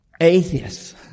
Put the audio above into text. atheists